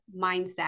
mindset